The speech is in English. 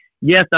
yes